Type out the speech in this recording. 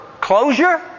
closure